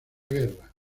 guerra